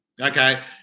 Okay